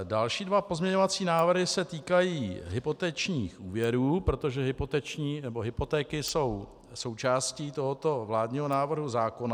Další dva pozměňovací návrhy se týkají hypotečních úvěrů, protože hypotéky jsou součástí tohoto vládního návrhu zákona.